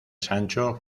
sancho